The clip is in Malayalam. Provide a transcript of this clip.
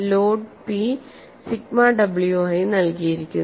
ലോഡ് പി സിഗ്മ w ആയി നൽകിയിരിക്കുന്നു